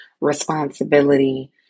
responsibility